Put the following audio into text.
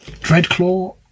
dreadclaw